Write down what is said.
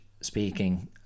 speaking